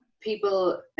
people